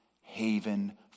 haven